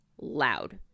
loud